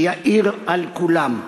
שיאיר על כולם.